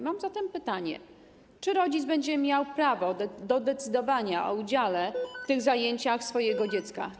Mam zatem pytanie: Czy rodzic będzie miał prawo do decydowania o udziale w tych zajęciach swojego dziecka?